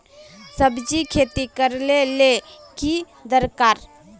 सब्जी खेती करले ले की दरकार?